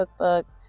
cookbooks